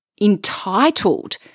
entitled